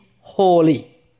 holy